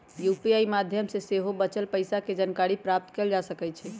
UPI माध्यम से सेहो बचल पइसा के जानकारी प्राप्त कएल जा सकैछइ